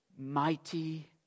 Mighty